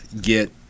get